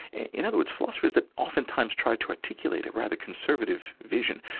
in other words, philosophers that oftentimes tried to articulate a rather conservative vision,